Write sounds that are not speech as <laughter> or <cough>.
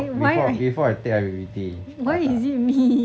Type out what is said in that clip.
before before I take I_P_P_T <laughs>